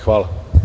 Hvala.